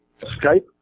Skype